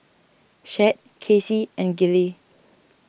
Chet Kacie and Gillie